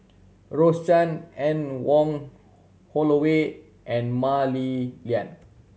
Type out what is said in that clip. Rose Chan Anne Wong Holloway and Mah Li Lian